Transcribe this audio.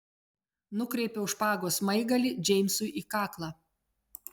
nukreipiau špagos smaigalį džeimsui į kaklą